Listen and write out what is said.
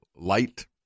light